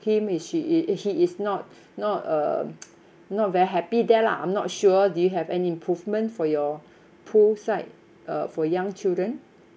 him is she is he is not not um not very happy there lah I'm not sure do you have an improvement for your poolside uh for young children